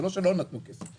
זה לא שלא נתנו כסף.